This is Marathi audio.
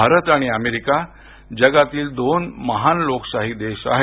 भारत आणि अमेरिका जगातील दोन महान लोकशाही देश आहेत